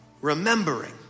remembering